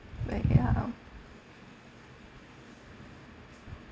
like ya